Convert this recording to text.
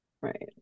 Right